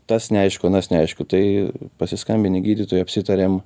tas neaišku anas neaišku tai pasiskambini gydytojui apsitariam